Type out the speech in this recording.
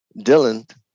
Dylan